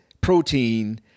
protein